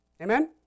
Amen